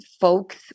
folks